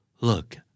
Look